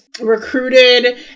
recruited